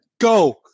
Go